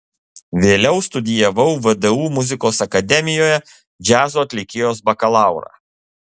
vėliau studijavau vdu muzikos akademijoje džiazo atlikėjos bakalaurą